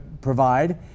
provide